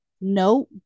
no